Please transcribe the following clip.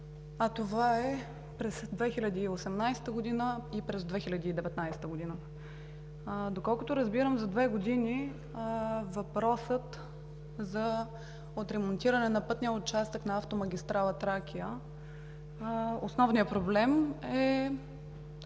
а това е през 2018 г. и през 2019 г. Доколкото разбирам, за две години по въпроса за отремонтиране на пътния участък на автомагистрала „Тракия“ основният проблем е